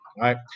Right